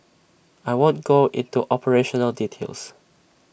I won't go into operational details